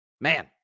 Man